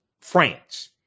France